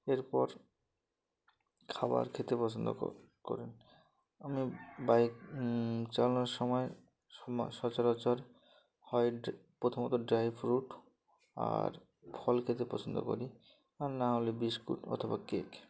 এরপর খাবার খেতে পছন্দ করেন আমি বাইক চালানোর সময় ময় সচরাচর হয় ডাই প্রথমত ড্রাই ফ্রুট আর ফল খেতে পছন্দ করি আর না হলে বিস্কুট অথবা কেক